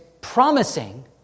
promising